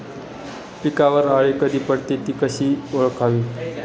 पिकावर अळी कधी पडते, ति कशी ओळखावी?